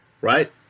Right